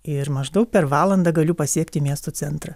ir maždaug per valandą galiu pasiekti miesto centrą